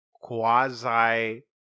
quasi